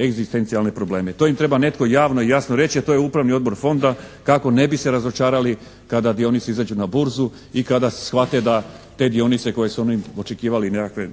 egzistencijalne probleme. To im treba netko javno i jasno reći, a to je Upravni odbor Fonda kako ne bi se razočarali kada dionice izađu na burzu i kada shvate da te dionice koje su oni očekivali nekakve